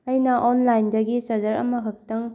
ꯑꯩꯅ ꯑꯣꯟꯂꯥꯏꯟꯗꯒꯤ ꯆꯥꯔꯖꯔ ꯑꯃꯈꯛꯇꯪ